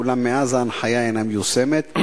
אולם מאז ההנחיה אינה מיושמת.